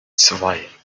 zwei